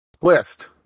List